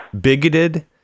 bigoted